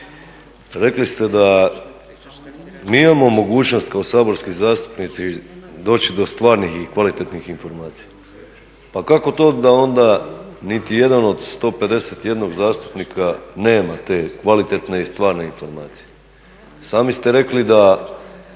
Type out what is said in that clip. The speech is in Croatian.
Rekli ste da mi imamo mogućnost kao saborski zastupnici doći do stvarnih i kvalitetnih informacija. Pa kako to da onda nitijedan od 151 zastupnika nema te kvalitetne i stvarne informacije? Sami ste rekli da